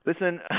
Listen